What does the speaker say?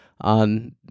on